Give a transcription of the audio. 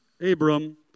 Abram